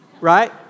Right